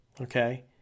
Okay